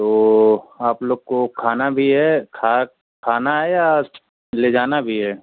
ओ आप लोग को खाना भी है खा खाना है या ले जाना भी हे